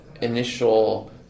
initial